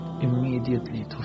immediately